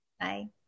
Bye